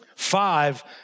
five